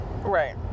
Right